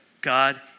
God